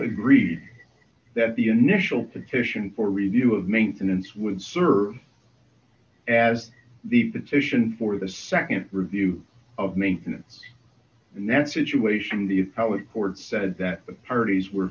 agreed that the initial petition for review of maintenance would serve as the petition for the nd review of maintenance in that situation the appellate court said that the parties were